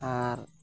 ᱟᱨ